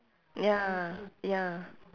ya ya